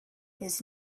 his